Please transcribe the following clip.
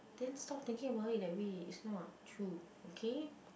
then stop thinking about it that way is not true okay